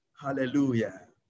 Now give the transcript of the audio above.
Hallelujah